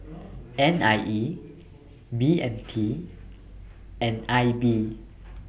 N I E B M T and I B